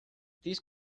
these